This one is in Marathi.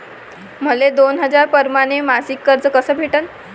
मले दोन हजार परमाने मासिक कर्ज कस भेटन?